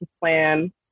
plan